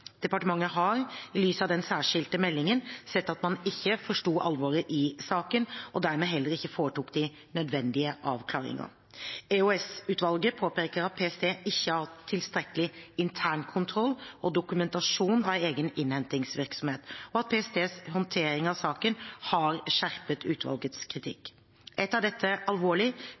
Departementet har, i lys av den særskilte meldingen, sett at man ikke forsto alvoret i saken, og dermed heller ikke foretok de nødvendige avklaringer. EOS-utvalget påpeker at PST ikke har hatt tilstrekkelig internkontroll og dokumentasjon av egen innhentingsvirksomhet, og at PSTs håndtering av saken har skjerpet utvalgets kritikk. Jeg tar dette